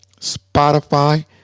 Spotify